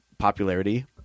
popularity